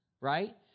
right